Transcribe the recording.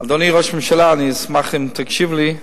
אדוני ראש הממשלה, אני אשמח אם תקשיב לי.